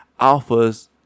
alphas